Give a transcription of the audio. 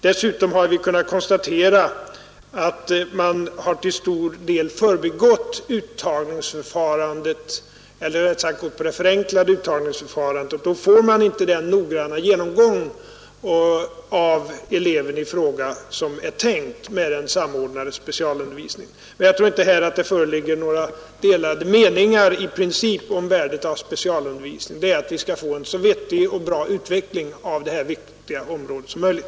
Dessutom har vi kunnat konstatera att man till stor del har förbigått det förenklade uttagningsförfarandet. Då får man inte den noggranna genomgång av eleven i fråga som är tänkt med den samordnade specialundervisningen. Jag tror inte att det i princip här föreligger några delade meningar om värdet av specialundervisningen. Vi syftar till att få en så vettig och bra utveckling av detta viktiga område som möjligt.